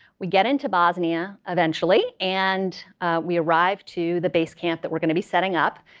we get into bosnia eventually, and we arrive to the base camp that we're going to be setting up.